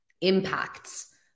impacts